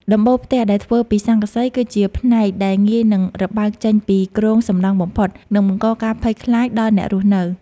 ដំបូលផ្ទះដែលធ្វើពីស័ង្កសី គឺជាផ្នែកដែលងាយនឹងរបើកចេញពីគ្រោងសំណង់បំផុត និងបង្កការភ័យខ្លាចដល់អ្នករស់នៅ។